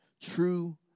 True